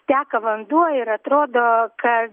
teka vanduo ir atrodo ka